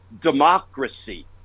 democracy